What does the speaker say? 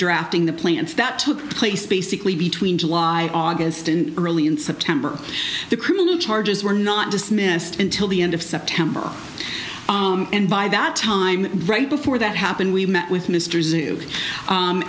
redrafting the plants that took place basically between july august and early in september the criminal charges were not dismissed until the end of september and by that time right before that happened we met with mr zoo